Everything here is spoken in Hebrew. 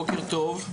בוקר טוב.